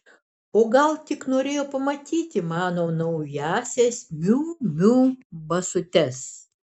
o gal tik norėjo pamatyti mano naująsias miu miu basutes